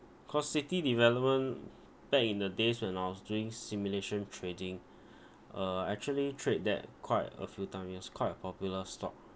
cause City Development back in the days when I was doing simulation trading uh actually trade that quite a few time yes quite a popular stock